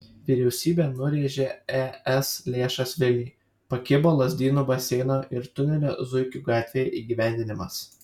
vyriausybė nurėžė es lėšas vilniui pakibo lazdynų baseino ir tunelio zuikių gatvėje įgyvendinimas